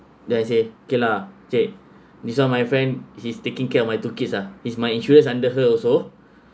then I say okay lah encik this one my friend he's taking care of my two kids ah is my insurance under her also